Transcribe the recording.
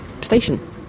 station